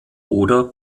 oder